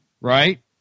right